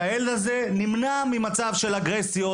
שהילד הזה נמנע ממצב של אגרסיות,